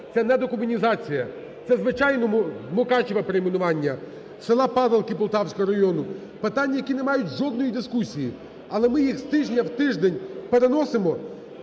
Це не декомунізація, це в звичайному… Мукачеве перейменування, села Падалки Полтавського району питання, які не мають жодної дискусії, але ми їх з тижня в тиждень переносимо.